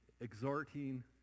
exhorting